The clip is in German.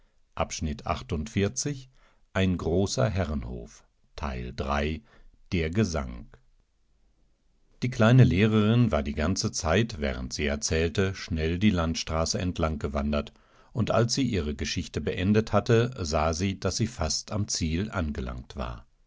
die kleine lehrerin war die ganze zeit während sie erzählte schnell die landstraßeentlanggewandert undalssieihregeschichtebeendethatte sah sie daß sie fast am ziel angelangt war